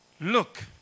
Look